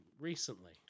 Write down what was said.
recently